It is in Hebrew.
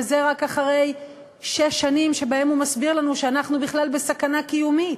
וזה רק אחרי שש שנים שבהן הוא מסביר לנו שאנחנו בכלל בסכנה קיומית.